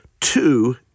Two